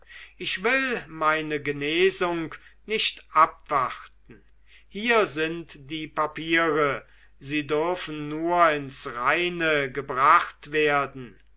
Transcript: ich will meine genesung nicht abwarten hier sind die papiere sie dürfen nur ins reine gebracht werden